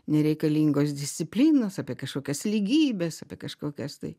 nereikalingos disciplinos apie kažkokias lygybes apie kažkokias tai